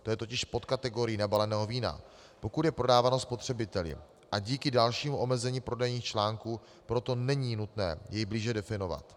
To je totiž pod kategorií nebaleného vína, pokud je prodáváno spotřebiteli a díky dalšímu omezení prodejních článků, proto není nutné jej blíže definovat.